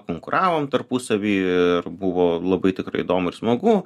konkuravom tarpusavy ir buvo labai tikrai įdomu ir smagu